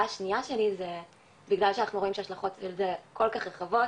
שלי בגלל שאנחנו רואים שההשלכות של זה כל כך רחבות,